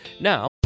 Now